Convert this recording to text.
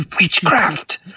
Witchcraft